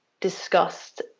discussed